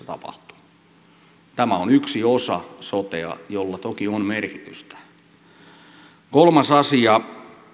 tapahtuu tämä on yksi osa sotea jolla toki on merkitystä kolmas asia